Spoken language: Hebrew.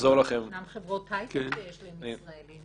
גם חברות היי-טק שיש להן ישראלים.